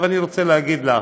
אני רוצה לומר לך,